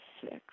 six